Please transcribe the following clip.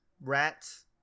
rats